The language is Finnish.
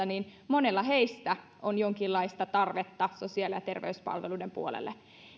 niin monella heistä on jonkinlaista tarvetta sosiaali ja terveyspalveluiden puolelle